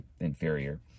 inferior